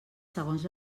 segons